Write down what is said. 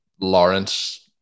Lawrence